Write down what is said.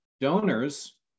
donors